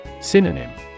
Synonym